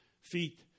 feet